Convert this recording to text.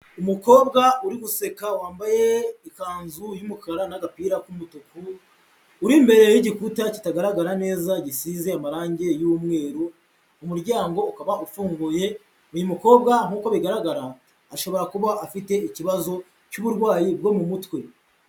Umukobwa uri guseka wambaye ikanzu y'umukara n'agapira k'umutuku, uri imbere y'igikuta kitagaragara neza gisize amarange y'umweru, umuryango ukaba ufunguye, uyu mukobwa nk'uko bigaragara ashobora kuba afite ikibazo cy'uburwayi bwo mu mutwe.